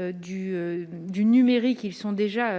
du numérique, ils sont déjà